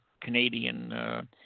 Canadian